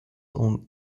own